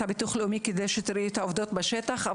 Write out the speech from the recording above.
הביטוח הלאומי כדי שתוכלי לראות את העובדות בשטח.